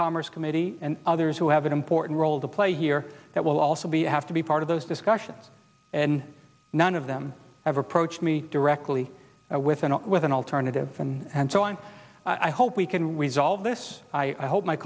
commerce committee and others who have an important role to play here that will also be have to be part of those discussions and none of them have approached me directly with an with an alternative and so on i hope we can resolve this i hope my